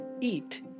eat